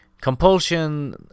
Compulsion